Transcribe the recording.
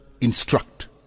instruct